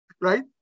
right